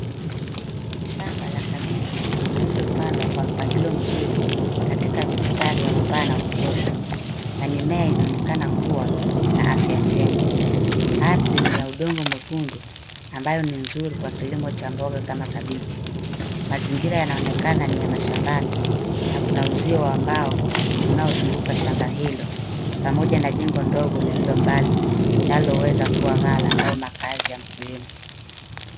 Shamba la kabichi lillilopadwa kwa mpangilio mzuri katika mistari ya upana ya kutosha na mimea inaonekana kuwa na afya njema. Ardhi ni ya udongo mwekundu amabayo ni nzuri kwa kilimo cha mboga kama kabichi .Mazingira yanaonekana kuwa ni ya mashambani na kuna uzio wa mbao unaozunguka shamba hilo pamoja na jengo ndogo lililombali linakuwa ngala au makahazi ya mkulima.